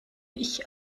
ich